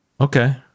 Okay